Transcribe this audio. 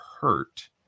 hurt